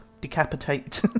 decapitate